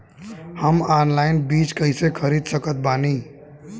हम ऑनलाइन बीज कइसे खरीद सकत बानी?